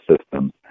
systems